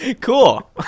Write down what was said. cool